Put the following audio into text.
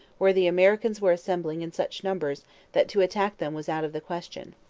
where the americans were assembling in such numbers that to attack them was out of the question.